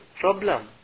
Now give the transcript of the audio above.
problem